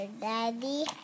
Daddy